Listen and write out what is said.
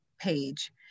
page